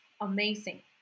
amazing